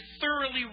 thoroughly